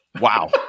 Wow